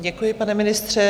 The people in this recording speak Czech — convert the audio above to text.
Děkuji, pane ministře.